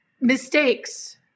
mistakes